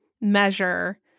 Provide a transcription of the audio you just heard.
measure